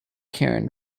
cairn